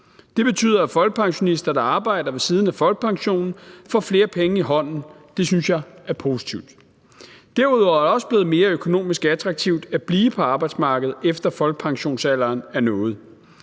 Det betyder, at folkepensionister, der arbejder ved siden af folkepensionen, får flere penge i hånden. Det synes jeg er positivt. Derudover er det også blevet mere økonomisk attraktivt at blive på arbejdsmarkedet, efter at folkepensionsalderen er nået.